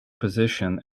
position